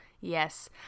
Yes